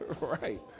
Right